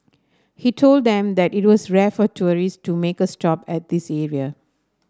he told them that it was rare for tourists to make a stop at this area